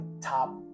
top